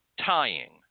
tying